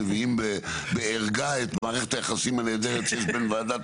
מביאים בערגה את מערכת היחסים הנהדרת שיש בין וועדת ערר לרשות מקומית.